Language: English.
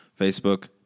Facebook